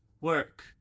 work